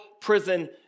prison